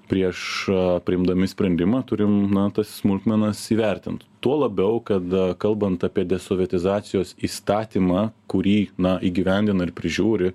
prieš priimdami sprendimą turim na tas smulkmenas įvertint tuo labiau kad kalbant apie desovietizacijos įstatymą kurį na įgyvendina ir prižiūri